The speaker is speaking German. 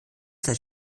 zeit